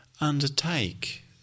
undertake